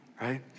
right